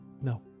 no